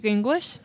English